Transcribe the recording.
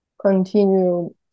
continue